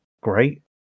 great